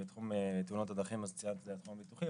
בתחום תאונות הדרכים ציינתם את התחום הביטוחי,